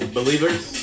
believers